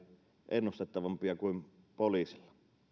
ennustettavampia kuin poliisilla